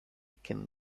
can